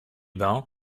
ben